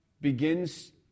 begins